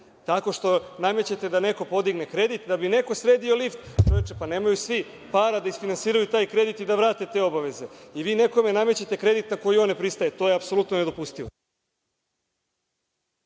tako što namećete da neko podigne kredit da bi neko sredio lift. Pa, nemaju svi para da isfinansiraju taj kredit i da vrate te obaveze. Vi nekome namećete kredit na koji on ne pristaje. To je apsolutno nedopustivo.